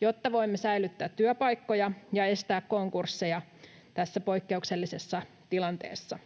jotta voimme säilyttää työpaikkoja ja estää konkursseja tässä poikkeuksellisessa tilanteessa.